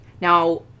Now